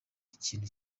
ikintu